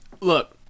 Look